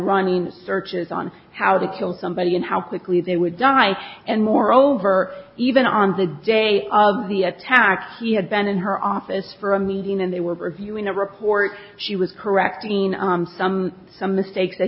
running searches on how to kill somebody and how quickly they would die and moreover even on the day of the attack he had been in her office for a meeting and they were reviewing the report she was correcting some some mistakes that